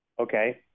Okay